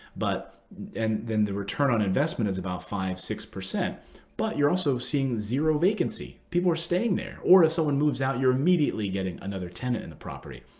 but and then the return on investment is about five, six. but you're also seeing zero vacancy. people are staying there. or if someone moves out, you're immediately getting another tenant in the property.